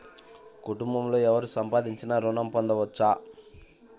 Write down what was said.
కుటుంబంలో ఎవరు సంపాదించినా ఋణం పొందవచ్చా?